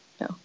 No